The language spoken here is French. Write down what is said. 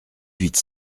huit